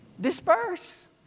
disperse